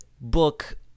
book